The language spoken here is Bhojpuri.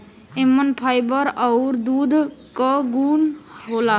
एमन फाइबर आउर दूध क गुन होला